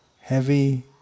heavy